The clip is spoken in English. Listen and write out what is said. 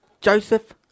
Joseph